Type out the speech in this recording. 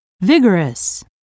vigorous